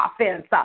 offense